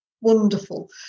Wonderful